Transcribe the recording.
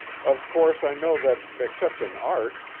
of course i know that, except in art,